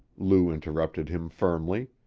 lou interrupted him firmly.